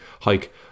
hike